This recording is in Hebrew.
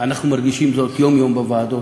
אנחנו מרגישים זאת יום-יום בוועדות,